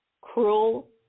cruel